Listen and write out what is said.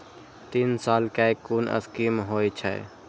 तीन साल कै कुन स्कीम होय छै?